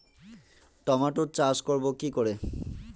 টমেটোর চাষ করব কি করে?